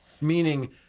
Meaning